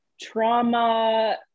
trauma